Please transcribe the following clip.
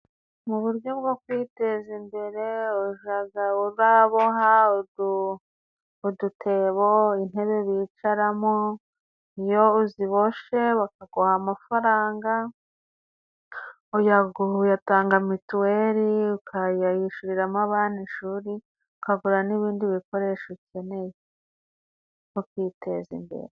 Mu buryo bwo kwiteza imbere, ujya uraboha udutebo, intebe bicaraho. Iyo uziboshye bakaguha amafaranga utanga mituweli, ukishyuriramo abana ishuri, ukagura n'ibindi bikoresho ukeneye, ukiteza imbere.